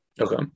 Okay